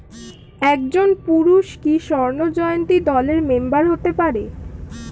একজন পুরুষ কি স্বর্ণ জয়ন্তী দলের মেম্বার হতে পারে?